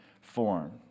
form